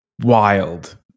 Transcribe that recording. wild